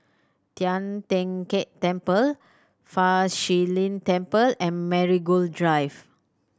Tian Teck Keng Temple Fa Shi Lin Temple and Marigold Drive